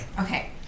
Okay